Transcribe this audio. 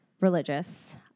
religious